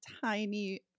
tiny